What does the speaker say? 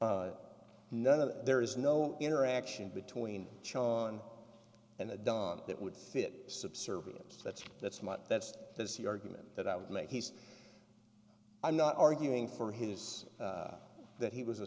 that there is no interaction between chosen and the done that would fit subservience that's that's that's that's the argument that i would make he's i'm not arguing for his that he was a